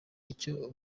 icyo